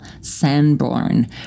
Sanborn